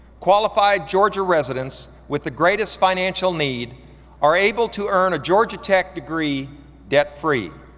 qualified georgia residents with the greatest financial need are able to earn a georgia tech degree debt-free.